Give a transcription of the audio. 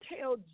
tell